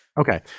Okay